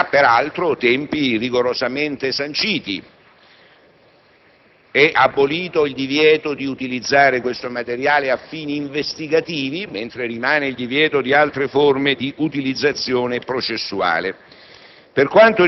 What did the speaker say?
che ha per altro tempi rigorosamente sanciti. È abolito il divieto di utilizzare il materiale a fini investigativi, mentre rimane il divieto di altre forme di utilizzazione processuale.